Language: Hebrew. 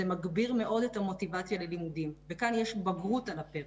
זה מגביר מאוד את המוטיבציה ללימודים וכאן יש בגרות על הפרק.